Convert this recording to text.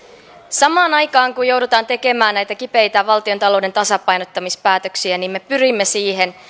samaan aikaan kun joudutaan tekemään näitä kipeitä valtionta louden tasapainottamispäätöksiä me pyrimme siihen